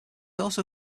also